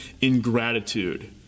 ingratitude